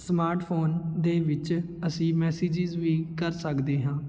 smart phone ਦੇ ਵਿੱਚ ਅਸੀਂ ਮੈਸੇਜਿਜ਼ ਵੀ ਕਰ ਸਕਦੇ ਹਾਂ